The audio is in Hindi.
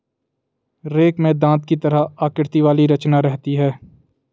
रेक में दाँत की तरह आकृति वाली रचना रहती है